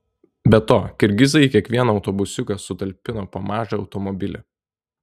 be to kirgizai į kiekvieną autobusiuką sutalpina po mažą automobilį